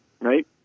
Right